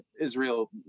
Israel